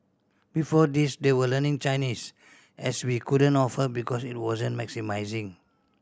before this they were learning Chinese as we couldn't offer because it wasn't maximising